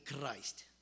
Christ